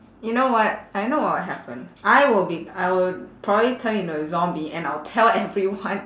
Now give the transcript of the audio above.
you know what I know what'll happen I will be I will probably turn into a zombie and I'll tell everyone